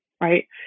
right